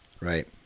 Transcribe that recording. Right